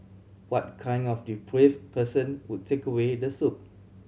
what kind of depraved person would take away the soup